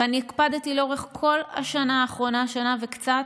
ואני הקפדתי לאורך כל השנה האחרונה, שנה וקצת,